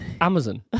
Amazon